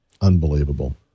unbelievable